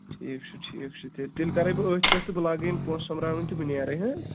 ٹھیٖک چھُ ٹھیٖک چھُ تیٚلہِ تیٚلہِ کَرَے بہٕ أتھۍ پٮ۪ٹھ تہٕ بہٕ لاگَے یِم پونٛسہٕ سوٚمبراوٕنۍ تہٕ بہٕ نیرَے ہہ